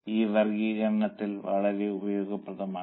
ഈ വർഗ്ഗീകരണങ്ങൾ വളരെ ഉപയോഗപ്രദമാണ്